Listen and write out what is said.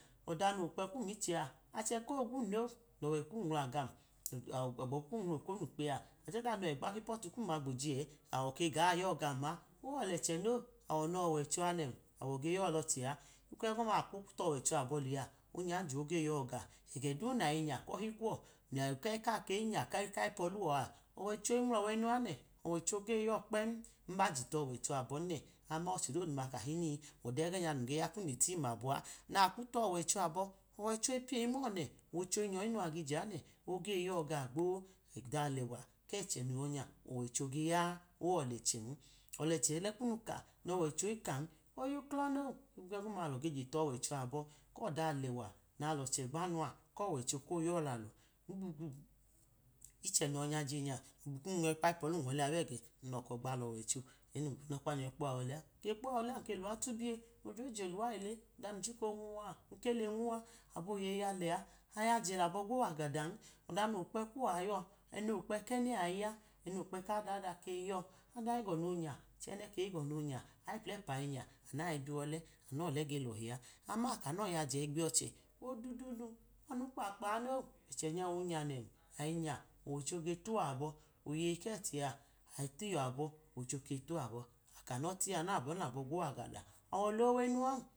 Ọda nomukpẹ kum ichẹa achẹ ko gwun no lọwẹ kum nwula gam, gbọbu kum nwaokonu kpe a ọda nowẹ gba kọtu kum ma ajọ gboji ẹ, awo ke g yo gam ma owolẹchẹ no, awo no wowacho nẹ awọ ge yọ lọchẹ a, ohigbo ogọma akwu tọwọcto abọ lẹ a onyanjẹ oge yo ga ọ. Egadu nayi nya kọhu kuọ nya kayi ẹ kayi nya kayipọluọ a, ọwoicho inwulọwe nu ane ọwọiiho ge yọ kpen nba je towọiho abọn nẹ. Aman ọchẹ doduma kahini, ọda egẹ nya nuga ya kun le teyin abọ a, na kwutọwọicho abọ, owoicho ipiye imọne ọwoicho inyọinu ageje anẹ, oge yo ga o̱ gbo. Ọda alewa kẹchẹ noyọ nya ọwoicho geya owọlẹchẹn. Ọlọchẹ lẹ kume nọwọicho ikan oyuklọ no, ohigbo’gọma alọ geje tọwọicho abọ kọda alewa malọ cegba nua kọwọicho koyọlalọ, ichẹ no yọ nya ji nya kun nyọ ikpayipolum wọlẹ a bẹgẹ, n lọkọ gba lọwọicho. ẹ num gunọkpa nyo̱ ga kpuwa wọlẹ n luwa tubiye, lodre jeluwa le le, ọda num chika onwuwa nkede nwuwa, abo yeyi a lẹa. Ayajẹ labọ awo wagada, ọda no mukpẹ kuọ yọ ẹnọ nukpẹ kẹnẹ ayiyọ, eno wukpẹ kada ada keyi yọ, ada igọ no nya, ẹnẹ keyi gọ no nya, aa ẹplepa inya nayi biwọlẹ no̱le̱ ge lo̱hi, aman ayaje kanọ igbeyi ọchẹ, owodudunu anu kpakpa ano, ẹchẹ nya wonyn nen, ayi nya ọwọicho ge tuwọ abọ oyeyi kẹchẹa, ayi tiyiyọ abọ owọicho keyi tọabọ, akanọ teyi anọ abo̱n labọ gwo wagada.